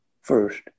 first